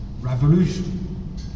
revolution